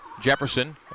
Jefferson